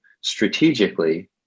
strategically